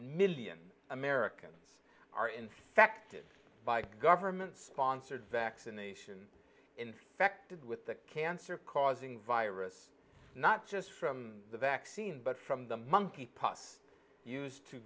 million americans are infected by government sponsored vaccinations infected with the cancer causing virus not just from the vaccine but from the monkeypox used to